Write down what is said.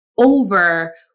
over